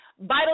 vital